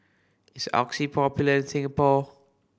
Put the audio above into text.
is Oxy popular in Singapore